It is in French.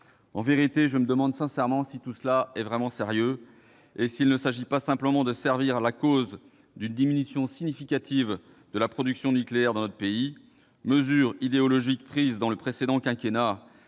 En vérité, je me demande sincèrement si tout cela est bien sérieux ... C'est vrai !... et s'il ne s'agit pas simplement de servir la cause d'une diminution significative de la production nucléaire dans notre pays, mesure idéologique prise durant le précédent quinquennat